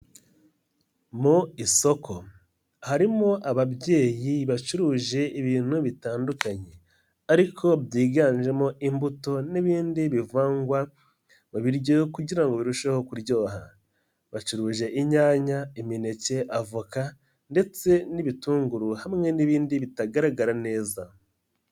Mu isoko harimo ababyeyi bacuruje ibintu bitandukanye ariko byiganjemo imbuto n'ibindi bivangwa mu biryo kugira ngo birusheho kuryoha, bacuruje inyanya, imineke, avoka ndetse n'ibitunguru hamwe n'ibindi bitagaragara neza.